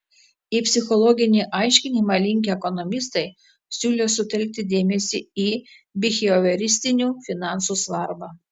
į psichologinį aiškinimą linkę ekonomistai siūlė sutelkti dėmesį į bihevioristinių finansų svarbą